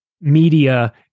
media